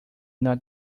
not